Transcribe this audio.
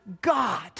God